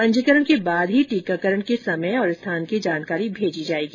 पंजीकरण के बाद ही टीकाकरण के समय और स्थान की जानकारी भेजी जाएगी